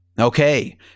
Okay